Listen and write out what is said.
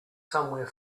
somewhere